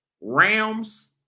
Rams